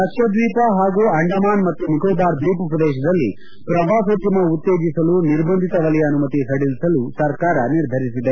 ಲಕ್ಷದ್ವೀಪ ಹಾಗೂ ಅಂಡಮಾನ್ ಮತ್ತು ನಿಕೋಬಾರ್ ದ್ವೀಪ ಪ್ರದೇಶದಲ್ಲಿ ಪ್ರವಾಸೋದ್ಯಮ ಉತ್ತೇಜಿಸಲು ನಿರ್ಬಂಧಿತ ವಲಯ ಅನುಮತಿ ಸಡಿಲಿಸಲು ಸರ್ಕಾರ ನಿರ್ಧರಿಸಿದೆ